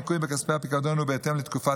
הניכוי מכספי הפיקדון הוא בהתאם לתקופת